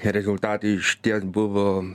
rezultatai išties buvo